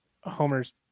Homer's